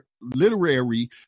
Literary